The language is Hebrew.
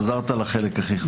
חזרת לחלק הכי חשוב.